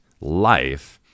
life